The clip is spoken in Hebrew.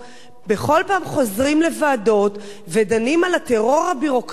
מספר בכל פעם חוזרים לוועדות ודנים על הטרור הביורוקרטי